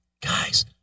guys